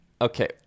Okay